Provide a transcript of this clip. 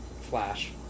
Flash